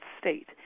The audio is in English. state